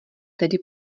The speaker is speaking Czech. tedy